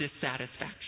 dissatisfaction